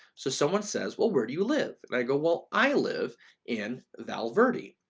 so someone says, well, where do you live? and i go, well, i live in val verde,